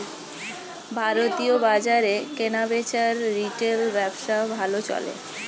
ভারতীয় বাজারে কেনাবেচার রিটেল ব্যবসা ভালো চলে